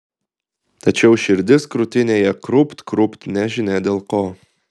tačiau širdis krūtinėje krūpt krūpt nežinia dėl ko